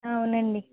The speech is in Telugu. అవునండి